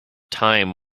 time